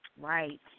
Right